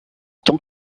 tant